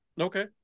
Okay